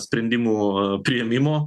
sprendimų priėmimo